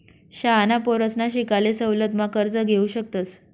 शाळांना पोरसना शिकाले सवलत मा कर्ज घेवू शकतस